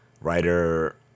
Writer